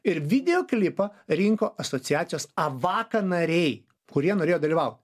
ir video klipą rinko asociacijos avaka nariai kurie norėjo dalyvaut